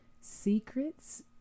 Secrets